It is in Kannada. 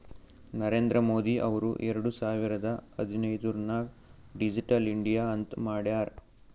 ನರೇಂದ್ರ ಮೋದಿ ಅವ್ರು ಎರಡು ಸಾವಿರದ ಹದಿನೈದುರ್ನಾಗ್ ಡಿಜಿಟಲ್ ಇಂಡಿಯಾ ಅಂತ್ ಮಾಡ್ಯಾರ್